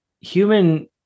human